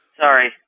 sorry